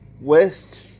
west